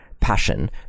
passion